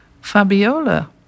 Fabiola